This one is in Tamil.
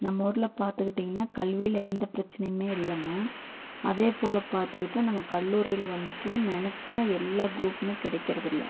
நம்மூரில் பார்த்துக்கிட்டிங்கன்னா கல்வியில் எந்த பிரச்சனையும் இல்லைங்க அதே போல் பார்த்துக்கிட்டா நம்ம கல்லூரியில் வந்துட்டு நெனைச்சா எல்லா குரூப்பும் கிடைக்கிறதில்ல